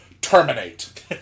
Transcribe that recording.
terminate